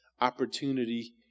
opportunity